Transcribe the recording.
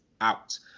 out